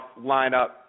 lineup